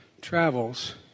travels